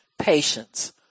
patience